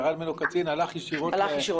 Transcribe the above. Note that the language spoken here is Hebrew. ירד ממנו קצין משטרה והלך ישירות לאמיר.